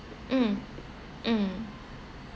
mm mm